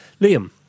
Liam